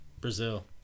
Brazil